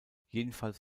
jedenfalls